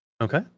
Okay